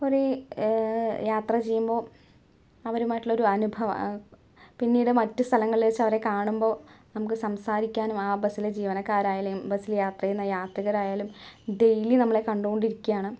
ഒരേ യാത്ര ചെയ്യുമ്പോൾ അവരുമായിട്ടുള്ളൊരു അനുഭവം പിന്നീട് മറ്റ് സ്ഥലങ്ങളില് വച്ചവരെ കാണുമ്പോൾ നമുക്ക് സംസാരിക്കാനും ആ ബസ്സിലെ ജീവനക്കാരായാലും ബസ്സില് യാത്ര ചെയ്യുന്ന യാത്രികരായാലും ഡെയിലി നമ്മളെ കണ്ടുകൊണ്ടിരിക്കുകയാണ്